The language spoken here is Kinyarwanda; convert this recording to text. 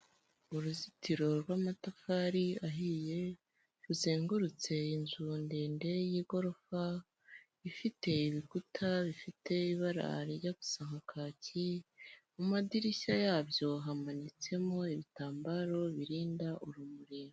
Uruzitiro rw'amatafari ahiye ruzengurutse inzu ndende y'igorofa, ifite ibikuta bifite ibara rijya gusa nka kaki mu madirishya yabyo hamanitsemo ibitambaro birinda urumuri.